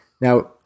Now